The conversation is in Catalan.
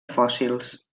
fòssils